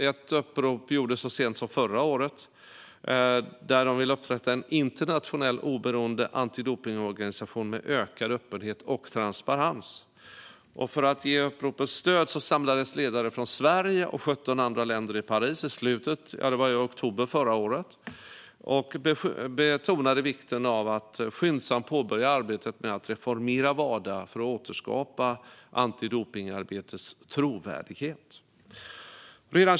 Ett upprop gjordes så sent som förra året, där de ville upprätta en internationell oberoende antidopningsorganisation med ökad öppenhet och transparens. För att ge uppropet stöd samlades ledare från Sverige och 17 andra länder i Paris i oktober förra året. De betonade vikten av att arbetet med att reformera Wada skyndsamt skulle påbörjas för att antidopningsarbetets trovärdighet skulle återskapas.